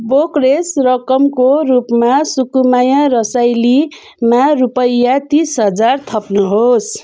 brokerage रकमको रूपमा सुकुमाया रसाइलीमा रुपैयाँ तिस हजार थप्नुहोस्